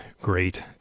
great